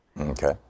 Okay